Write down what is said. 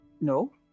no